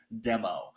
demo